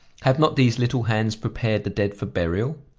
have not these little hands prepared the dead for burial?